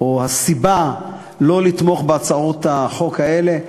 או הסיבה לא לתמוך בהצעות החוק האלה.